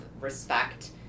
respect